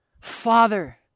Father